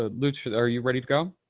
ah luce, are you ready to go?